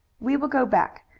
we will go back.